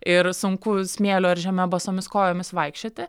ir sunku smėliu ir žeme basomis kojomis vaikščioti